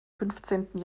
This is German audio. fünfzehnten